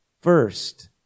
first